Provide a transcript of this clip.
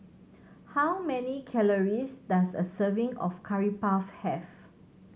how many calories does a serving of Curry Puff have